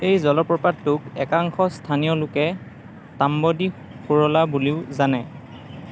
এই জলপ্ৰপাতটোক একাংশ স্থানীয় লোকে তাম্বদি সুৰলা বুলিও জানে